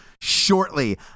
shortly